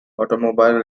automobile